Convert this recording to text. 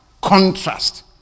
contrast